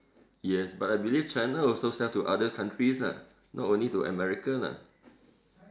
yes but I believe China also sell to other countries lah not only to America lah